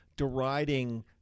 deriding